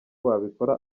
wabikora